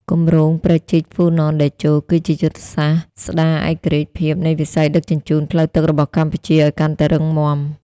គម្រោងព្រែកជីកហ្វូណនតេជោ គឺជាយុទ្ធសាស្ត្រស្ដារឯករាជ្យភាពនៃវិស័យដឹកជញ្ជូនផ្លូវទឹករបស់កម្ពុជាឱ្យកាន់តែរឹងមាំ។